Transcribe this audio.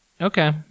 okay